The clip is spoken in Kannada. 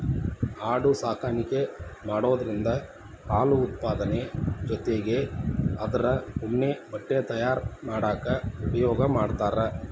ಆಡು ಸಾಕಾಣಿಕೆ ಮಾಡೋದ್ರಿಂದ ಹಾಲು ಉತ್ಪಾದನೆ ಜೊತಿಗೆ ಅದ್ರ ಉಣ್ಣೆ ಬಟ್ಟೆ ತಯಾರ್ ಮಾಡಾಕ ಉಪಯೋಗ ಮಾಡ್ತಾರ